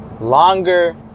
longer